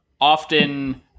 often